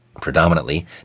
predominantly